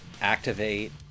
activate